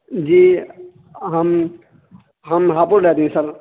جی ہم ہم ہاپوڑ رہتے ہیں سر